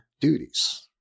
duties